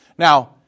Now